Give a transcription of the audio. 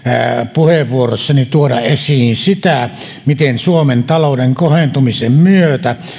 puheenvuorossani tuoda esiin sitä miten suomen talouden kohentumisen myötä